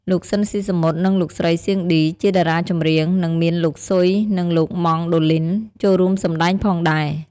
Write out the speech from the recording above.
លោក ស៊ិន ស៊ីសាមុត និង លោកស្រី សៀង ឌី ជាតារាចម្រៀង និង មាន លោកស៊ុយ និងលោកម៉ង់ដូលីន ចូលរួមសម្តែងផងដែរ។